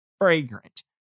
fragrant